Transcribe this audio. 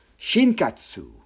Shinkatsu